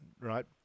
right